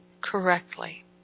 correctly